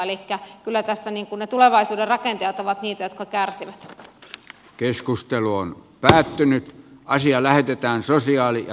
elikkä kyllä tässä ne tulevaisuuden rakentajat ovat niitä kärsinyt keskustelu on päättynyt ja asia lähetetään jotka kärsivät